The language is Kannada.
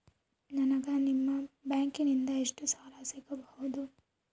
ನನಗ ನಿಮ್ಮ ಬ್ಯಾಂಕಿನಿಂದ ಎಷ್ಟು ಸಾಲ ಸಿಗಬಹುದು?